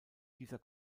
dieser